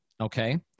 okay